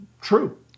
true